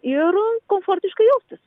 ir komfortiškai jaustis